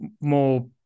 more